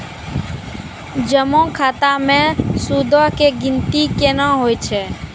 जमा खाता मे सूदो के गिनती केना होय छै?